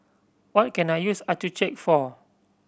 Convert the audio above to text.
what can I use Accucheck for